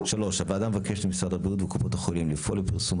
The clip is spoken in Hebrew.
3. הוועדה מבקשת ממשרד הבריאות וקופות החולים לפעול לפרסום,